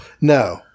No